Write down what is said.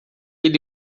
ele